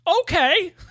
Okay